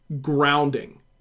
grounding